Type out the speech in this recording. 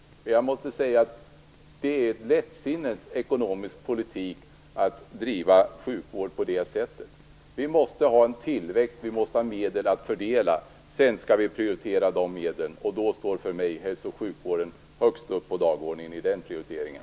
Men det är ett lättsinnets ekonomiska politik att driva sjukvård på det sättet. Vi måste ha en tillväxt och medel att fördela. I prioriteringen när det gäller de medlen står för mig hälso och sjukvården högst upp på dagordningen.